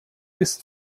ist